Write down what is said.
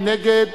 מי נגד?